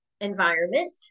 environment